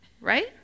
right